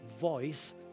voice